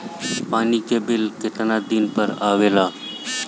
पानी के बिल केतना दिन पर आबे ला?